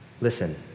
Listen